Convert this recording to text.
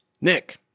Nick